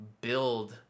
build